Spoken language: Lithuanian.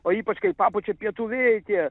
o ypač kai papučia pietų vėjai tie